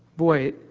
Boy